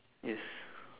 yes